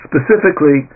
Specifically